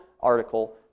article